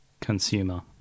consumer